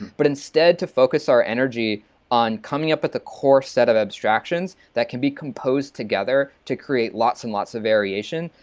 but instead, to focus our energy on coming up at the core set of abstractions that can be composed together to create lots and lots of variation.